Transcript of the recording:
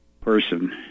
person